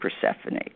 Persephone